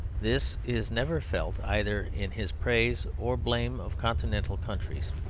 this is never felt either in his praise or blame of continental countries.